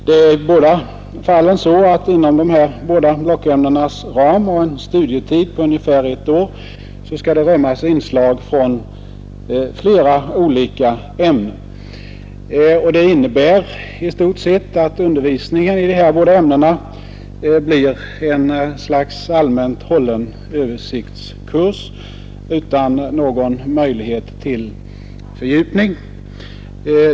Inom båda dessa blockämnens ram och en studietid på ungefär ett år skall rymmas inslag från flera olika ämnen. Det innebär i stort sett att undervisningen i dessa båda ämnen blir ett slags allmänt hållen översiktskurs utan någon möjlighet till fördjupning.